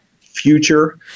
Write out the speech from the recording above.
future